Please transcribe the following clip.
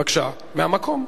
בבקשה, מהמקום,